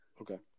Okay